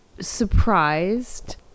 surprised